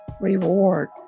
reward